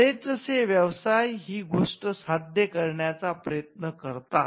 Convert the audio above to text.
बरेचसे व्यवसाय ही गोष्ट सध्या करण्याचा पर्यंत करतात